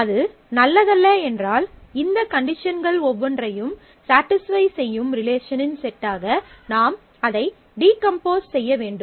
அது நல்லதல்ல என்றால் இந்த கண்டிஷன்கள் ஒவ்வொன்றையும் ஸடிஸ்ஃபை செய்யும் ரிலேசனின் செட்டாக நாம் அதை டீகம்போஸ் செய்ய வேண்டும்